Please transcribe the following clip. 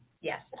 Yes